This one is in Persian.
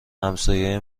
همسایه